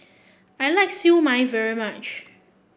I like Siew Mai very much